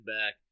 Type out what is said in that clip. back